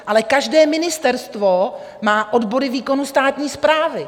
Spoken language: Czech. Ale každé ministerstvo má odbory výkonu státní správy.